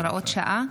הוראות שעה),